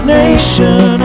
nation